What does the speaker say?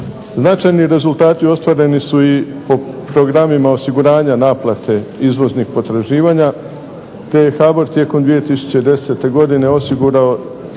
Značajni rezultati ostvareni su i po programima osiguranja naplate izvoznih potraživanja te je HBOR tijekom 2010. godine osigurao